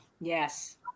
Yes